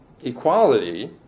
equality